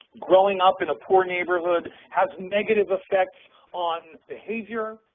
growing up in a poor neighborhood has negative effects on behavior,